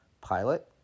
Pilot